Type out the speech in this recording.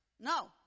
No